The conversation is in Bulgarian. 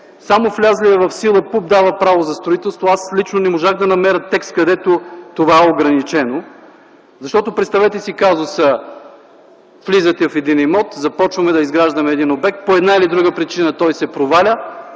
само влезлият в сила ПУП дава право за строителство. Аз лично не можах да намеря текст, където това е ограничено. Представете си казус: влизаме в един имот, започваме да изграждаме един обект, но по една или друга причина той се проваля.